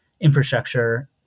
infrastructure